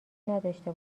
نداشته